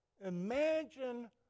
imagine